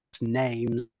names